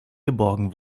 geborgen